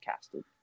casted